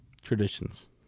Traditions